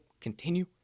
continue